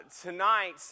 tonight